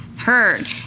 heard